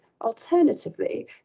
Alternatively